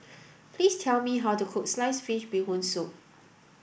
please tell me how to cook sliced fish bee hoon soup